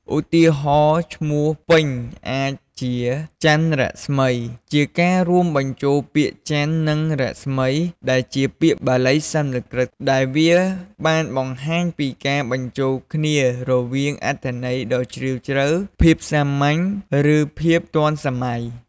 ឧទាហរណ៍ ឈ្មោះពេញអាចជា ច័ន្ទរស្មី ជាការរួមបញ្ចូលពាក្យ ច័ន្ទ និង រស្មី ដែលជាពាក្យបាលីសំស្ក្រឹត ដែលវាបានបង្ហាញពីការបញ្ចូលគ្នារវាងអត្ថន័យដ៏ជ្រាលជ្រៅ ភាពសាមញ្ញ ឬភាពទាន់សម័យ។